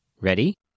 Ready